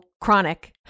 chronic